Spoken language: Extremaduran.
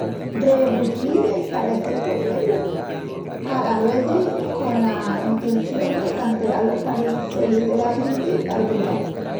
Rebullil el parecel puebreru, alas vezis cola entención de canteal los parecelis dela genti p'argún lau.